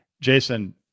Jason